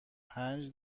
پنج